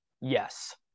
Yes